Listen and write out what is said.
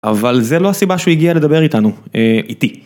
אבל זה לא הסיבה שהוא הגיע לדבר איתנו אה, איתי.